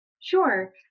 Sure